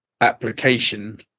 application